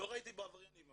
ראיתי בו עבריינים.